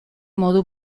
modu